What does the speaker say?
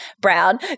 brown